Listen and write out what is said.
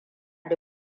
da